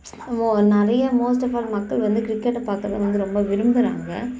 ஓ நிறைய most of all மக்கள் வந்து கிரிக்கெட்டை பார்க்க தான் வந்து ரொம்ப விரும்புகிறாங்க